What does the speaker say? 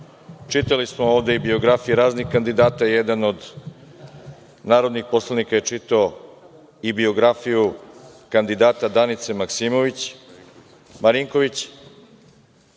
smo ovde i biografije raznih kandidata i jedan od narodnih poslanika je čitao i biografiju kandidata Danice Marinković,